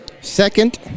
second